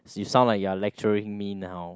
you sound like you are lecturing me now